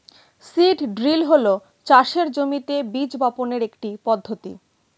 seed drill হল চাষের জমিতে বীজ বপনের একটি পদ্ধতি